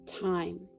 time